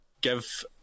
give